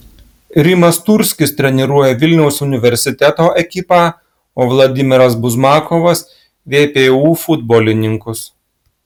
rimas turskis treniruoja vilniaus universiteto ekipą o vladimiras buzmakovas vpu futbolininkus